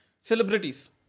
celebrities